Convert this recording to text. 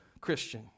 Christian